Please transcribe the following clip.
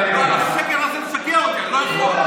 השקר הזה משגע אותי, אני לא יכול.